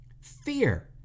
fear